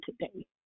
today